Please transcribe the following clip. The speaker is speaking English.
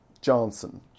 Johnson